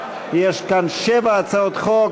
יש כאן שבע הצעות חוק.